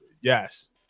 Yes